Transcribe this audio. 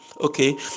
Okay